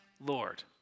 Lord